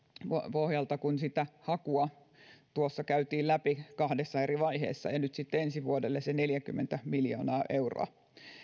puolelta kun sitä hakua käytiin läpi kahdessa eri vaiheessa ja nyt sitten ensi vuodelle neljäkymmentä miljoonaa euroa